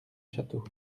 château